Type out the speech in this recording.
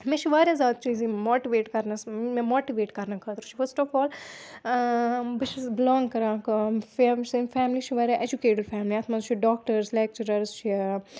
مےٚ چھِ واریاہ زیادٕ چیٖز یِم ماٹٕویٹ کَرنَس مےٚ ماٹٕویٹ کَرنہٕ خٲطرٕ چھُ فٔسٹ آف آل بہٕ چھَس بٕلانٛگ کَران کٲم فیملی چھِ واریاہ اٮ۪جُکیٹٕڈ فیملی اَتھ منٛز چھِ ڈاکٹٲرٕس لٮ۪کچٕرٲرٕس چھِ